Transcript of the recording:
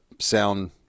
sound